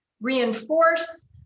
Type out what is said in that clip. reinforce